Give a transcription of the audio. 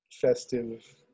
festive